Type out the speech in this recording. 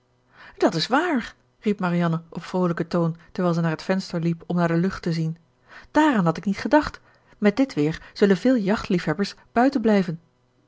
dat is waar riep marianne op vroolijken toon terwijl ze naar t venster liep om naar de lucht te zien dààraan had ik niet gedacht met dit weer zullen veel jachtliefhebbers buiten blijven